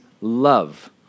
love